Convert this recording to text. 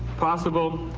possible,